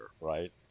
right